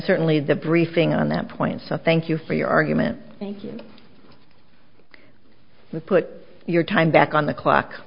certainly the briefing on that point for thank you for your argument thank you for put your time back on the clock